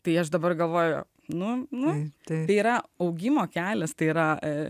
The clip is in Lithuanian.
tai aš dabar galvoju nu nu tai yra augimo kelias tai yra